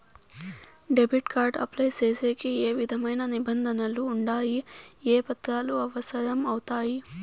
Debit card apply సేసేకి ఏ విధమైన నిబంధనలు ఉండాయి? ఏ పత్రాలు అవసరం అవుతాయి?